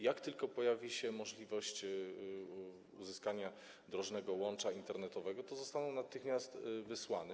Jak tylko pojawi się możliwość uzyskania drożnego łącza internetowego, to zostaną one natychmiast wysłane.